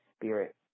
spirit